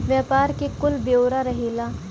व्यापार के कुल ब्योरा रहेला